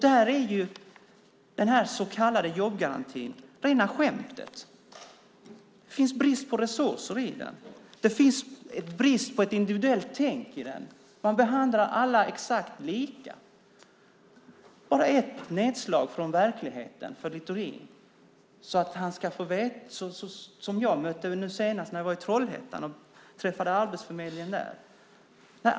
Där är denna så kallade jobbgarantin rena skämtet. Det är brist på resurser i den. Det är brist på ett individuellt tänk i den. Man behandlar alla exakt lika. Jag ska bara redogöra för ett nedslag i verkligheten, som jag mötte när jag senast var i Trollhättan och besökte Arbetsförmedlingen där, för Littorin.